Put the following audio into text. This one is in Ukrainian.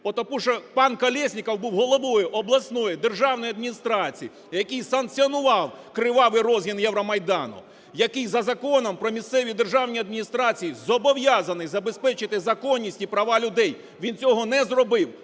Тому що пан Колєсніков був головою обласної державної адміністрації, який санкціонував кривавий розгін Євромайдану, який за Законом "Про місцеві державні адміністрації" зобов'язаний забезпечити законність і права людей. Він цього не зробив,